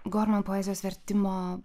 gorman poezijos vertimo